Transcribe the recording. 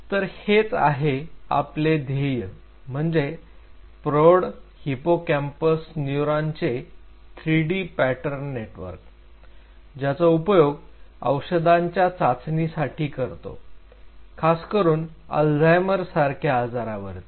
तर हेच आहे आपले ध्येय म्हणजे प्रौढ हिपोकॅम्पस न्यूरॉन चे 3D पॅटर्न नेटवर्क ज्याचा उपयोग औषधांच्या चाचणीसाठी करतो खासकरून अल्झायमर सारख्या आजारावरती